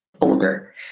older